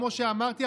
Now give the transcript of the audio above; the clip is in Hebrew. כמו שאמרתי,